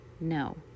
no